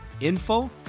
info